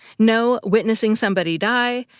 no witnessing somebody die,